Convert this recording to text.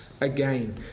again